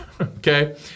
Okay